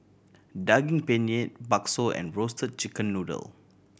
Daging Penyet bakso and Roasted Chicken Noodle